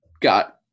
got